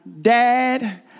dad